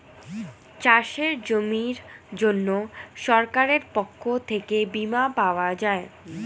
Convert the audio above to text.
চাষের জমির জন্য সরকারের পক্ষ থেকে বীমা পাওয়া যায়